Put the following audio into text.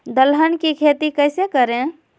दलहन की खेती कैसे करें?